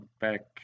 back